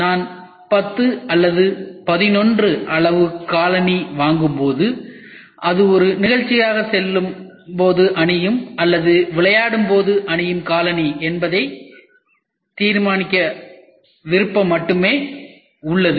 நான் 10 அல்லது 11 அளவு காலணி வாங்கும்போது அது ஒரு நிகழ்ச்சிக்காக செல்லும்போது அணியும் அல்லது விளையாடும்போது அணியும் காலணி என்பதை தீர்மானிக்கும் விருப்பம் மட்டுமே எனக்கு உள்ளது